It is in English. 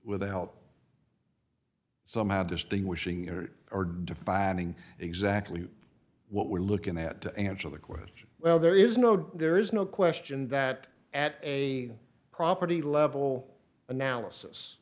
without somehow distinguishing or or defining exactly what we're looking ahead to answer the question well there is no dare is no question that at a property level analysis